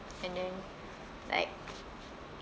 and then like